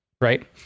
right